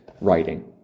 writing